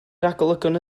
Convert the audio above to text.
ragolygon